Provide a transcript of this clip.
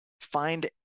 find